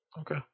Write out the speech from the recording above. Okay